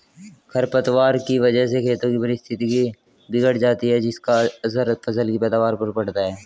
खरपतवार की वजह से खेतों की पारिस्थितिकी बिगड़ जाती है जिसका असर फसल की पैदावार पर पड़ता है